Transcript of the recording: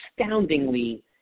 astoundingly